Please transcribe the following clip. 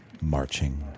marching